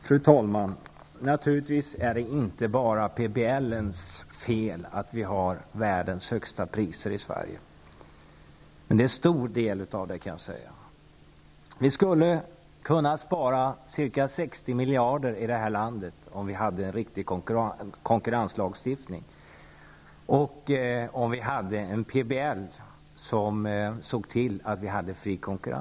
Fru talman! Det är naturligtvis inte bara plan och bygglagens fel att vi har världens högsta priser i Sverige, även om det till stor del beror på den. Vi skulle kunna spara ca 60 miljarder kronor i det här landet med en riktig konkurrenslagstiftning och om vi hade en plan och bygglag som såg till att konkurrensen var fri.